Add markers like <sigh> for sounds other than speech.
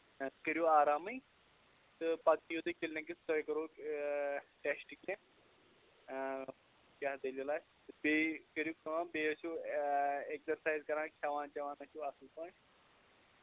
<unintelligible> کٔرِو آرامٕے تہٕ پَتہٕ یِیِو تُہۍ کِلنِکَس تۄہہِ کَرو ٹٮ۪سٹ کیٚنہہ کیٛاہ دٔلیٖل آسہِ تہٕ بیٚیہِ کٔرِو کٲم بیٚیہِ ٲسِو اٮ۪کزَرسایز کران کھٮ۪وان چٮ۪وان ٲسِو اَصٕل پٲٹھۍ